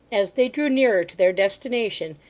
as they drew nearer to their destination,